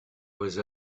was